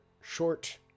Short